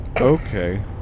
Okay